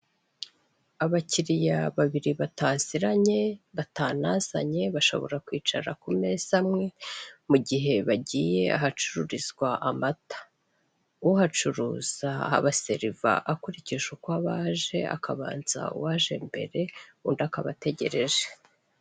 Abakiriya babiri bataziranye, batanazanye, bashobora kwicara ku meza amwe mu gihe bagiye ahacururizwa amata. Uhacuruza abaseriva akurikije uko baje, akabanza uwaje mbere, undi akaba ategereje.